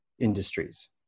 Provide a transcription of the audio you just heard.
industries